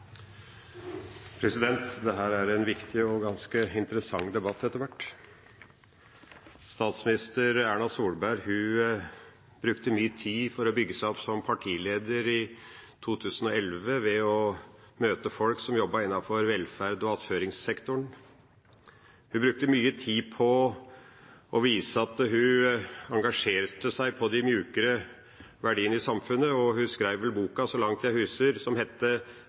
en viktig og ganske interessant debatt etter hvert. Statsminister Erna Solberg brukte mye tid for å bygge seg opp som partileder i 2011 ved å møte folk som jobbet innenfor velferds- og attføringssektoren. Hun brukte mye tid på å vise at hun engasjerte seg i de mykere verdiene i samfunnet. Hun skrev en bok som, etter hva jeg